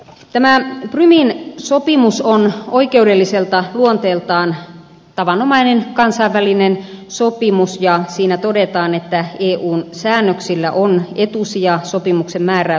tämä prumin sopimus on oikeudelliselta luonteeltaan tavanomainen kansainvälinen sopimus ja siinä todetaan että eun säännöksillä on etusija sopimuksen määräyksiin nähden